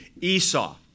Esau